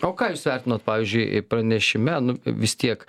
o ką jūs vertinot pavyzdžiui pranešime nu vis tiek